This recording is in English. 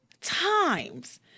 times